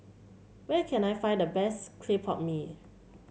where can I find the best Clay Pot Mee